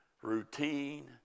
Routine